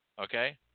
okay